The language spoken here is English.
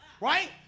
Right